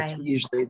usually